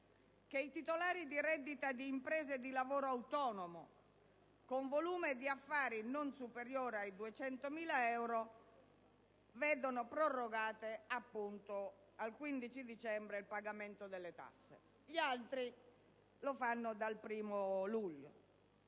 che i titolari di redditi d'impresa o di lavoro autonomo con volume di affari non superiore ai 200.000 euro vedono prorogato al 15 dicembre il pagamento delle tasse; gli altri pagano dal 1° luglio.